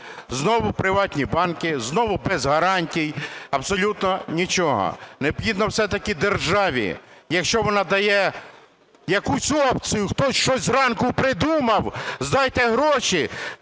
знову приватні банки, знову без гарантій, абсолютно нічого. Необхідно все-таки державі, якщо вона дає якусь опцію, хтось щось зранку придумав: здайте гроші,